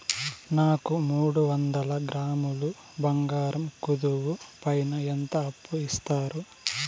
నాకు మూడు వందల గ్రాములు బంగారం కుదువు పైన ఎంత అప్పు ఇస్తారు?